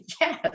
yes